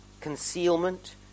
concealment